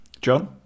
John